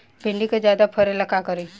भिंडी के ज्यादा फरेला का करी?